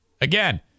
Again